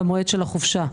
במועד של החופשה.